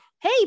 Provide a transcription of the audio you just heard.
Hey